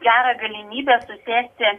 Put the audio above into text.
gerą galimybę susųsti